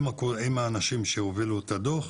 עם האנשים שהובילו את הדוח,